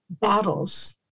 battles